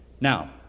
Now